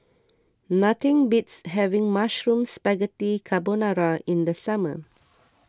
nothing beats having Mushroom Spaghetti Carbonara in the summer